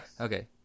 Okay